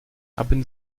haben